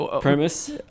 premise